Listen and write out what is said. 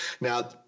Now